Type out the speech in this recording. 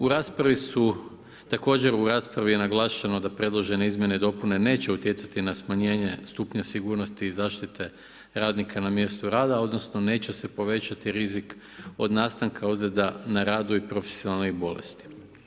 U raspravi su, također u raspravi je naglašeno da predložene izmjene i dopune neće utjecati na smanjenje stupnja sigurnosti i zaštite radnika na mjestu rada odnosno neće se povećati rizik od nastanka ozljeda na radu i profesionalnih bolesti.